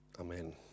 Amen